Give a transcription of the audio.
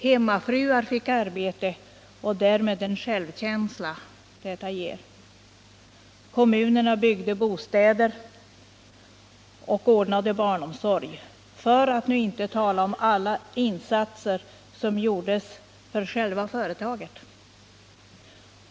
Hemmafruar fick arbete och därmed den självkänsla detta ger. Kommunerna byggde bostäder och ordnade barnomsorg, för att nu inte tala om alla insatser som gjordes för själva företaget.